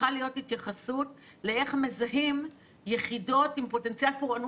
שצריכה להיות התייחסות לאיך מזהים יחידות עם פוטנציאל פורענות